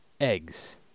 eggs